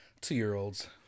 Two-year-olds